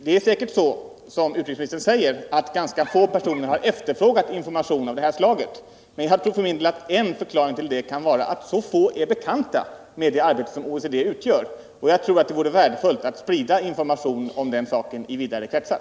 Det är säkert så som utrikesministern säger, att det är få personer som efterfrågar information av detta slag. Men jag tror för min del att en förklaring till det kan vara att så få är bekanta med det arbete som OECD utför. Jag tror det vore värdefullt att sprida information om den saken i vidare kretsar.